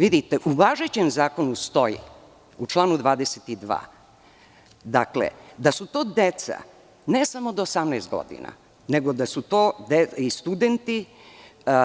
Vidite, u važećem zakonu u članu 22. stoji da su to deca ne samo do 18 godina, nego da su to i studenti